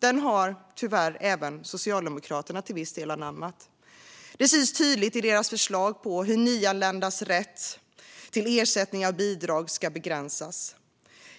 Den har tyvärr även Socialdemokraterna till viss del anammat. Det syns tydligt i deras förslag om hur nyanländas rätt till ersättningar och bidrag ska begränsas.